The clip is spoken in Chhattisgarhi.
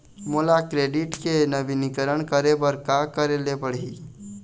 मोला क्रेडिट के नवीनीकरण करे बर का करे ले पड़ही?